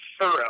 thorough